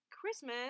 Christmas